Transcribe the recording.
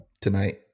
tonight